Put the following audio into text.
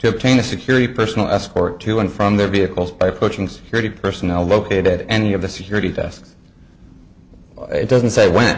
to obtain a security personal escort to and from their vehicles by pushing security personnel located at any of the security tests it doesn't say when